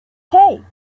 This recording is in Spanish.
hey